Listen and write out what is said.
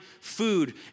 food